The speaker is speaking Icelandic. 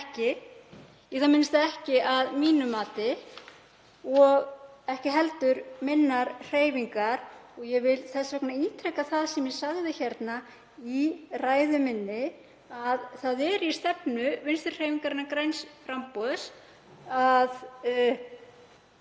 í það minnsta ekki að mínu mati og ekki heldur minnar hreyfingar. Ég vil þess vegna ítreka það sem ég sagði hér í ræðu minni að það er í stefnu Vinstrihreyfingarinnar – græns framboðs að